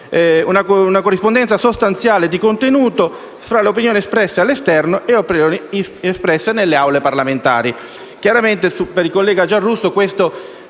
una corrispondenza sostanziale di contenuto tra le opinioni espresse all'esterno e le opinioni espresse nelle Aule parlamentari.